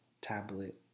tablet